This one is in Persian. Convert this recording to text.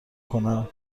کنم